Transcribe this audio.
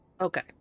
Okay